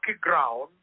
ground